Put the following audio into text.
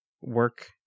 work